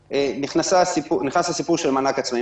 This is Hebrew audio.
נכנס הסיפור של מענק עצמאי.